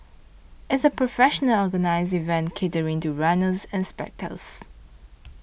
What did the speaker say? it's a professional organised event catering to runners and spectators